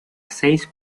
seis